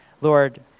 Lord